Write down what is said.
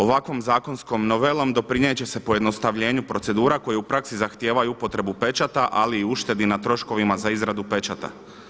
Ovakvom zakonskom novelom doprinijet će se pojednostavljenje procedura koje u praksi zahtijevaju upotrebu pečata, ali i uštedi na troškovima za izradu pečata.